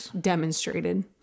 demonstrated